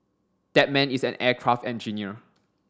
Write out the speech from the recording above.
that man is an aircraft engineer